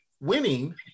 winning